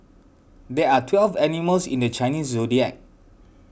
there are twelve animals in the Chinese zodiac